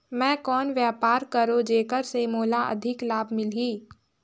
मैं कौन व्यापार करो जेकर से मोला अधिक लाभ मिलही?